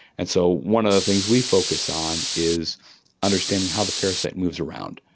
and so one of the things we focus on is understanding how the parasite moves around.